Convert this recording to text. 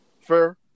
Fair